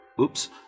oops